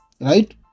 right